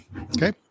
okay